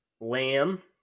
Lamb